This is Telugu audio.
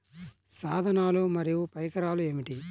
సాధనాలు మరియు పరికరాలు ఏమిటీ?